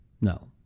No